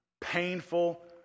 painful